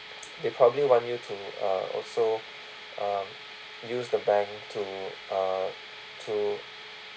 they probably want you to uh also um use the bank to uh to